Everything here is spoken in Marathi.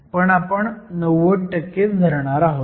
पण आपण 90च धरणार आहोत